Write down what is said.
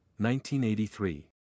1983